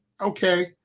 okay